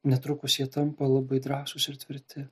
netrukus jie tampa labai drąsūs ir tvirti